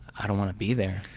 i don't wanna be there.